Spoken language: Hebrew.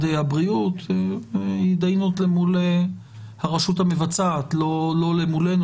הבריאות עם התדיינות אל מול הרשות המבצעת ולא מולנו.